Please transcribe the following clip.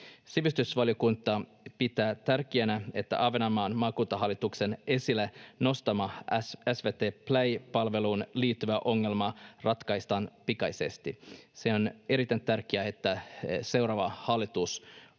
Sivistysvaliokunta pitää tärkeänä, että Ahvenanmaan maakuntahallituksen esille nostama SVT Play ‑palveluun liittyvä ongelma ratkaistaan pikaisesti. On erittäin tärkeää, että seuraava hallitus ottaa